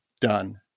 done